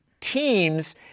teams –